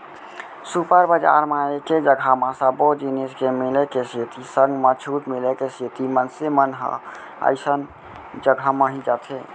super बजार म एके जघा म सब्बो जिनिस के मिले के सेती संग म छूट मिले के सेती मनसे मन ह अइसने जघा म ही जाथे